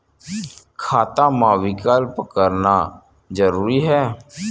खाता मा विकल्प करना जरूरी है?